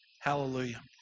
Hallelujah